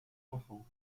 enfant